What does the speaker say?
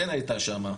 כן הייתה שם.